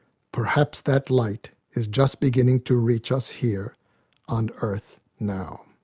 perhaps that light is just beginning to reach us here on earth now.